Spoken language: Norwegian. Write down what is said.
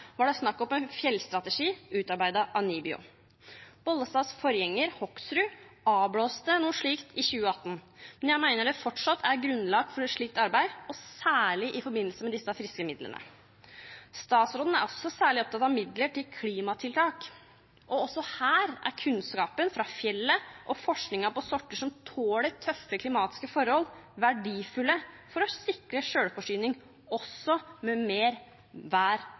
var det snakk om en fjellstrategi, utarbeidet av NIBIO. Statsråd Bollestads forgjenger, Hoksrud, avblåste noe slikt i 2018, men jeg mener det fortsatt er grunnlag for et slikt arbeid, og særlig i forbindelse med disse friske midlene. Statsråden er særlig opptatt av midler til klimatiltak. Her er kunnskapen fra fjellet og forskningen på sorter som tåler tøffe klimatiske forhold, verdifull for å sikre selvforsyning også med mer vær